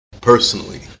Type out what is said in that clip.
personally